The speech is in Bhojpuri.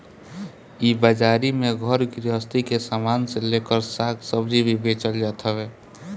इ बाजारी में घर गृहस्ती के सामान से लेकर साग सब्जी भी बेचल जात हवे